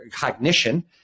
cognition